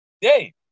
Hey